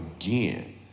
again